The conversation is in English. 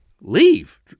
leave